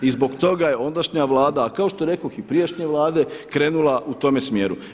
I zbog toga je ondašnja Vlada, a kao što rekoh i prijašnje Vlade krenula u tome smjeru.